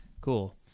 Cool